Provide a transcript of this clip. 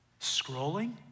Scrolling